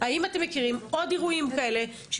האם אתם מכירים עוד אירועים כאלה,